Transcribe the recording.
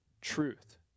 truth